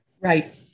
Right